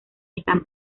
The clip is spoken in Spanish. están